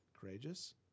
Courageous